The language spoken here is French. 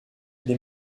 des